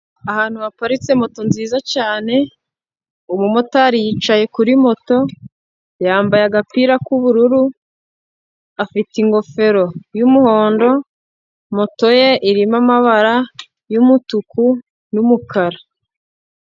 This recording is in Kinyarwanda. Ahantu haparitse moto nziza cyane, umumotari yicaye kuri moto yambaye agapira k'ubururu, afite ingofero y'umuhondo moto ye irimo amabara yumutuku numukara.